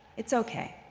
it's okay.